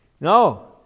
no